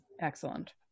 Excellent